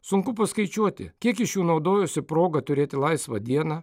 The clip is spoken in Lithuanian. sunku paskaičiuoti kiek iš jų naudojosi proga turėti laisvą dieną